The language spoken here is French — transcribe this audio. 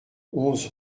onze